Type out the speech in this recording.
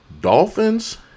Dolphins